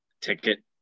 ticket